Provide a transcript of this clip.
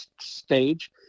stage